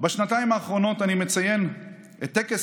"בשנתיים האחרונות אני מציין את טקס